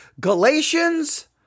Galatians